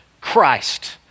Christ